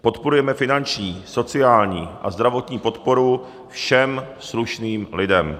Podporujeme finanční, sociální a zdravotní podporu všem slušným lidem.